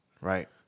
right